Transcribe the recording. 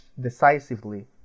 decisively